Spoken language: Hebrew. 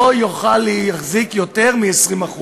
לא יוכל להחזיק יותר מ-20%.